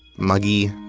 muggy,